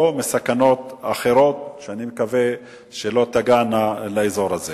או לסכנות אחרות, שאני מקווה שלא תגענה לאזור הזה.